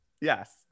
Yes